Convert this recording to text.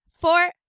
Four